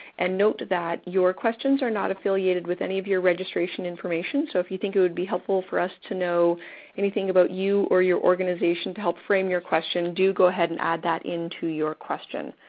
and note that your questions are not affiliated with any of your registration information. so, if you think it would be helpful for us to know anything about you or your organization to help frame your question, do go ahead and add that into your question.